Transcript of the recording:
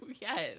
Yes